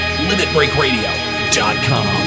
LimitBreakRadio.com